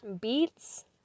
beets